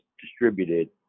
distributed